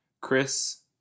Chris